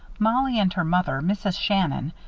mollie and her mother, mrs. shannon,